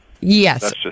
Yes